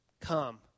Come